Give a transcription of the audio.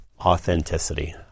Authenticity